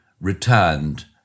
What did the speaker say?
returned